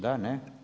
Da, ne?